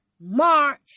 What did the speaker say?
March